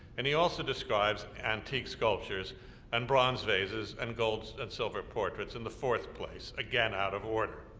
and he also describes antique sculptures and bronze vases and gold and silver portraits in the fourth place, again out of order.